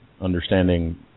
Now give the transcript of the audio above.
understanding